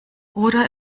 oder